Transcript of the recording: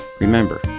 Remember